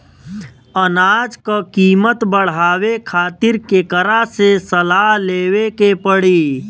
अनाज क कीमत बढ़ावे खातिर केकरा से सलाह लेवे के पड़ी?